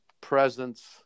presence